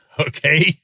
okay